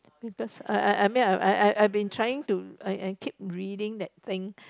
because I I I I mean I I I I been trying to I I keep reading that thing